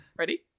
Ready